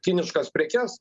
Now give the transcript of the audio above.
kiniškas prekes